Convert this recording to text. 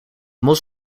mos